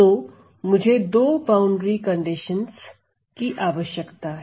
तो मुझे दो बाउंड्री कंडीशनस की आवश्यकता है